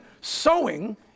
sowing